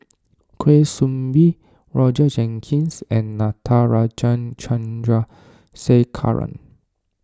Kwa Soon Bee Roger Jenkins and Natarajan Chandrasekaran